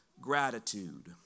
gratitude